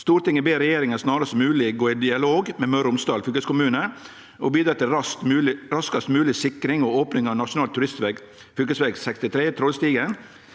«Stortinget ber regjeringen snarest mulig gå i dialog med Møre og Romsdal fylkeskommune og bidra til raskest mulig sikring og åpning av nasjonal turistveg Fv.63 Trollstigen